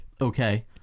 Okay